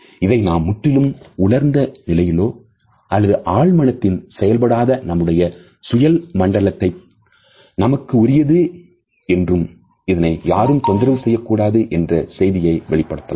இதை நாம் முற்றிலும் உணர்ந்த நிலையிலோ அல்லது ஆழ்மனத்தின் செயல்பாடாக நம்முடைய சுய மண்டலத்தை நமக்கு உரியது என்றும் இதனை யாரும் தொந்தரவு செய்து விடக்கூடாது என்ற செய்தியை வெளிப்படுத்தலாம்